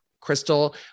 Crystal